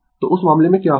तो उस मामले में क्या होगा